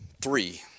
three